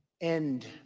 end